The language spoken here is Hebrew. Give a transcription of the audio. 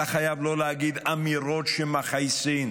אתה חייב לא להגיד אמירות שמכעיסות.